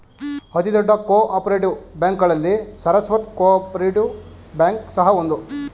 ಅತಿ ದೊಡ್ಡ cooperative ಬ್ಯಾಂಕ್ಗಳಲ್ಲಿ ಸರಸ್ವತ್ ಕೋಪರೇಟಿವ್ ಬ್ಯಾಂಕ್ ಸಹ ಒಂದು